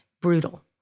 brutal